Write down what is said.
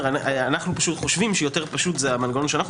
אנחנו חושבים שיותר פשוט זה המנגנון שאנחנו